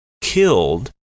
killed